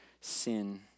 sin